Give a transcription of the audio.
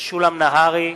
משולם נהרי,